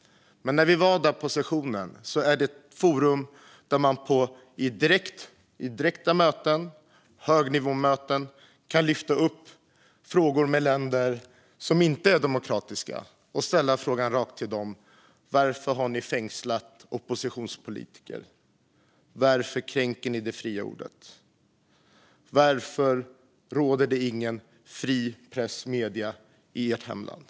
Men IPU-sessionen är ett forum där man i direkta högnivåmöten kan lyfta upp frågor med länder som inte är demokratiska. Varför har ni fängslat oppositionspolitiker? Varför kränker ni det fria ordet? Varför finns det ingen fri press och fria medier i ert hemland?